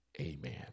Amen